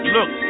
Look